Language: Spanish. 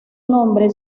nombre